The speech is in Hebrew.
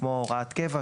כמו הוראת קבע,